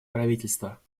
правительства